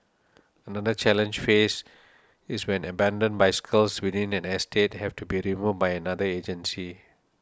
another challenge faced is when abandoned bicycles within an estate have to be removed by another agency